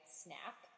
snap